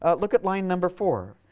ah look at line number four,